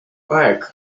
aeg